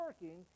working